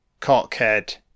cockhead